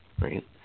right